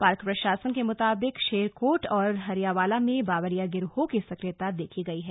park प्रशासन के मुताबिक शेरकोट और हरियावाला में बावरिया गिरोह की सक्रियता देखी गई है